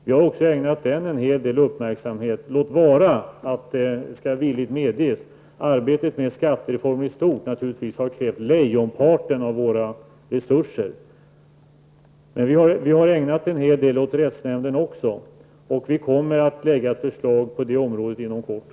Vi har också ägnat den en hel del uppmärksamhet -- låt vara, det skall jag villigt medge, att arbetet med skattereformen i stort, naturligtvis, har krävt lejonparten av våra resurser. Vi har alltså ägnat en hel del uppmärksamhet åt rättsnämnden också, och vi kommer att lägga fram ett förslag på det området inom kort.